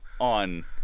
on